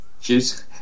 Cheers